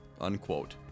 unquote